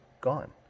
gone